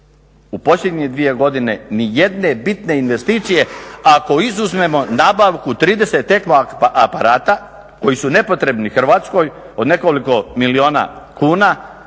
u posljednje dvije godine nijedne bitne investicije, ako izuzmemo nabavku 30 ECMO aparata koja su nepotrebni Hrvatskoj od nekoliko milijuna kuna,